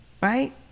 right